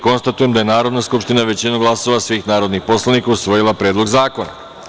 Konstatujem da je Narodna skupština, većinom glasova svih narodnih poslanika, usvojila Predlog zakona.